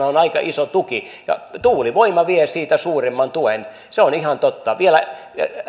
on aika iso tuki ja tuulivoima vie siitä suurimman osan se on ihan totta vielä